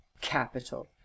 capital